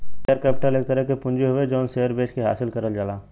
share capital एक तरह क पूंजी हउवे जौन शेयर बेचके हासिल करल जाला